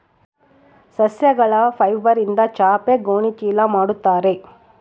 ಸಸ್ಯಗಳ ಫೈಬರ್ಯಿಂದ ಚಾಪೆ ಗೋಣಿ ಚೀಲ ಮಾಡುತ್ತಾರೆ